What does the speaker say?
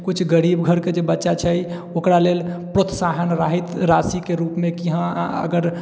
किछु गरीब घरके जे बच्चा छै ओकरा लेल प्रोत्साहन राशिके रूपमे की हँ अगर